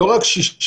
לא רק שישה,